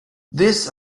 this